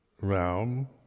realm